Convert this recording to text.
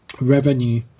revenue